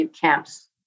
camps